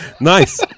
nice